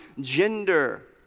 gender